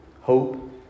hope